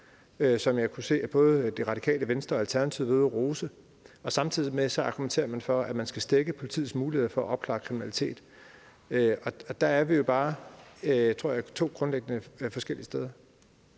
hvad jeg kunne se at både Det Radikale Venstre og Alternativet var ude at rose. Samtidig argumenterer man for, at man skal stække politiets muligheder for at opklare kriminalitet. Og der er vi jo grundlæggende bare, tror jeg, to forskellige steder.